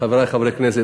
חברי חברי הכנסת,